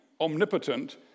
omnipotent